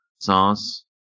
Sauce